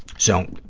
so,